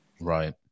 Right